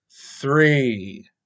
three